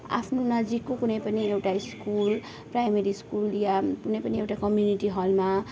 आफ्नो नजिकको कुनै पनि एउटा स्कुल प्राइमेरी स्कुल या कुनै पनि एउटा कम्युनिटी हलमा